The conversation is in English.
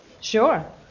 Sure